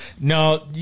No